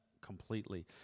completely